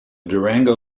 durango